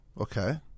okay